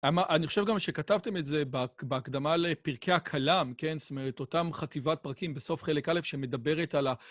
אני חושב גם שכתבתם את זה בהקדמה לפרקי הקלם, כן? זאת אומרת, אותם חטיבת פרקים בסוף חלק א', שמדברת על ה...